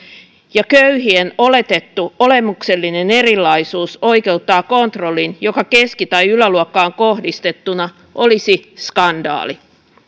ja köyhien oletettu olemuksellinen erilaisuus oikeuttaa kontrolliin joka keski tai yläluokkaan kohdistettuna olisi skandaali